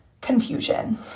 confusion